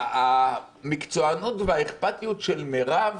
המקצוענות והאיכפתיות של מירב